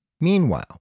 Meanwhile